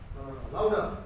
Louder